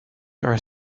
are